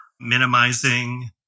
minimizing